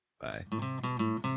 Bye